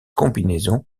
combinaison